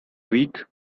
week